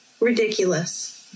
Ridiculous